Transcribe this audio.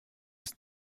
ist